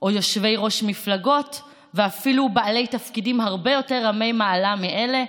או יושבי-ראש מפלגות ואפילו בעלי תפקידים הרבה יותר רמי מעלה מאלה,